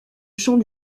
champ